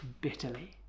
bitterly